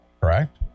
correct